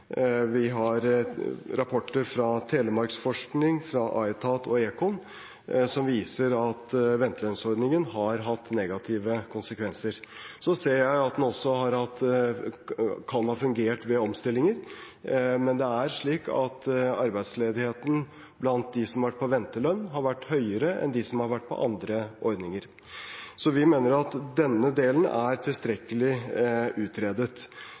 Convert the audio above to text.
Vi har rapporter fra Telemarksforsking, fra Aetat og ECON som viser at ventelønnsordningen har hatt negative konsekvenser. Så ser jeg at den også kan ha fungert ved omstillinger, men det er slik at arbeidsledigheten blant dem som har vært på ventelønn, har vært høyere enn blant dem som har vært på andre ordninger. Så vi mener at denne delen er tilstrekkelig utredet.